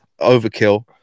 overkill